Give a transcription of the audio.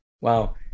Wow